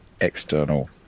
external